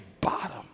bottom